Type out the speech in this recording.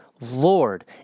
Lord